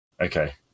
Okay